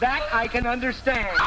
that i can understand